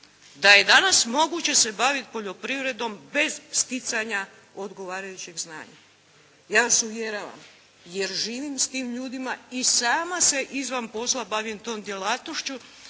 da je danas moguće se baviti poljoprivredom bez sticanja odgovarajućeg znanja? Ja vas uvjeravam jer živim s tim ljudima i sama se izvan posla bavim tom djelatnošću,